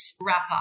wrap-up